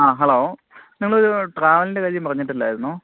ആ ഹലോ നിങ്ങളൊരു ട്രാവലറിൻ്റെ കാര്യം പറഞ്ഞിട്ടില്ലായിരുന്നോ